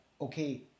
okay